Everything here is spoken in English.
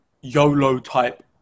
YOLO-type